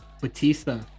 Batista